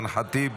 אימאן ח'טיב,